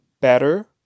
better